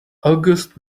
august